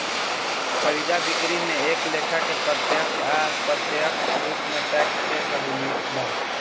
खरीदा बिक्री में एक लेखा के प्रत्यक्ष आ अप्रत्यक्ष रूप से टैक्स के सहूलियत बा